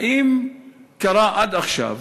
האם קרה עד עכשיו,